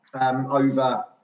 over